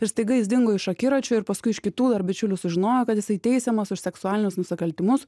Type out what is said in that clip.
ir staiga jis dingo iš akiračio ir paskui iš kitų dar bičiulių sužinojo kad jisai teisiamas už seksualinius nusikaltimus